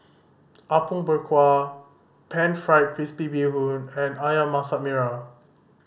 Apom Berkuah Pan Fried Crispy Bee Hoon and Ayam Masak Merah